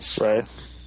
Right